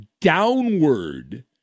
downward